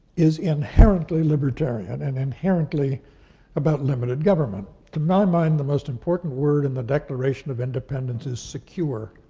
is inherently libertarian and inherently about limited government. to my mind, the most important word in the declaration of independence is secure.